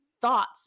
thoughts